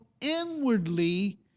Inwardly